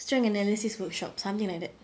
strength analysis workshop something like that